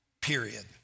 period